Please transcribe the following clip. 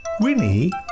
Winnie